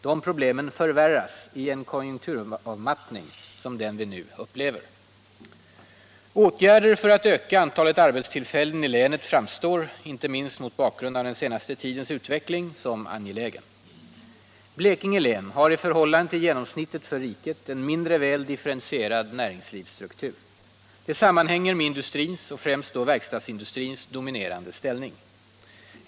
Dessa problem förvärras i en konjunkturavmattning som den vi nu upplever. Åtgärder för att öka antalet arbetstillfällen i länet framstår, inte minst mot bakgrund av den senaste tidens utveckling, som angelägna. Blekinge län har i förhållande till genomsnittet för riket en mindre väl differentierad näringslivsstruktur. Detta sammanhänger med industrins och främst då verkstadsindustrins dominerande ställning.